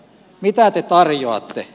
mitä te tarjoatte